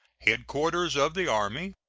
headquarters of the army,